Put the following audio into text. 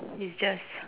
is just